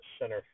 center